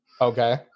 Okay